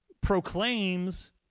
proclaims